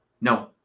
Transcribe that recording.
No